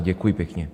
Děkuji pěkně.